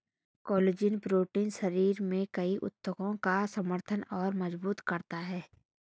collagen protein शरीर में कई ऊतकों का समर्थन और मजबूत करता है